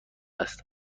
است